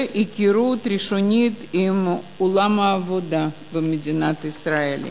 היכרות ראשונית עם עולם העבודה במדינת ישראל,